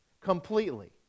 completely